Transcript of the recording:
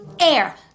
Air